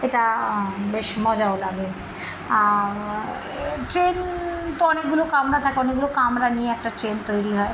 এটা বেশ মজাও লাগে আর ট্রেন তো অনেকগুলো কামরা থাকে অনেকগুলো কামরা নিয়ে একটা ট্রেন তৈরি হয়